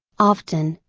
often,